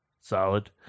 Solid